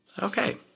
Okay